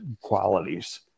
qualities